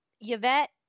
Yvette